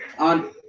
on